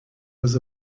was